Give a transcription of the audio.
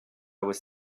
was